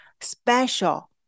special